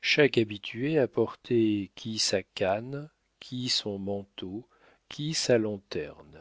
chaque habitué apportait qui sa canne qui son manteau qui sa lanterne